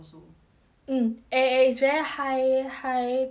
mm an~ and is very high high commitment because